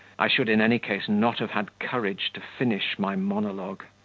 i should in any case not have had courage to finish my monologue.